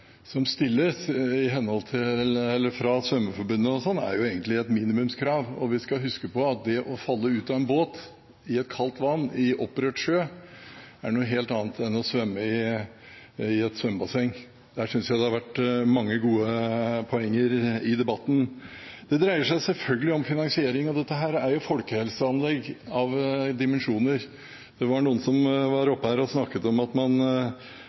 som stilles fra Svømmeforbundet, er jo egentlig minimumskrav, og vi skal huske på at det å falle ut av en båt i kaldt vann, i opprørt sjø, er noe helt annet enn å svømme i et svømmebasseng. Der synes jeg det har vært mange gode poenger i debatten. Det dreier seg selvfølgelig om finansiering, og dette er jo folkehelseanlegg av dimensjoner. Det var noen som var oppe her og snakket om at man